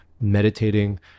meditating